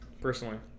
personally